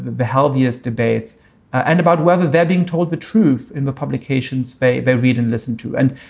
the healthiest debates and about whether they're being told the truth in the publication space. they read and listened to and,